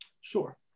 Sure